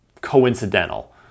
coincidental